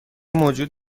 موجود